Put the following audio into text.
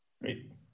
Great